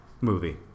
Movie